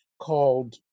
called